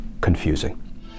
confusing